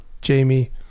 Jamie